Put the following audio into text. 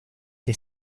the